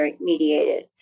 mediated